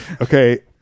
Okay